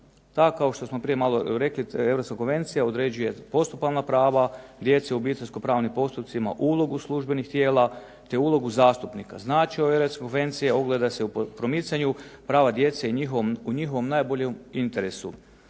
kao što smo maloprije rekli Europska konvencija određuje postupovna prava djeci obiteljsko-pravnim postupcima ulogu službenih tijela, te ulogu zastupnika. …/Govornik se ne razumije./… konvencije ogleda se u promicanju prava djece i u njihovom najboljem interesu,